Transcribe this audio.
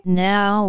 now